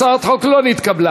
הצעת החוק לא נתקבלה.